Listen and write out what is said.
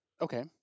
Okay